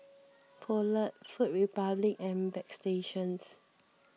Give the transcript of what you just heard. Poulet Food Republic and Bagstationz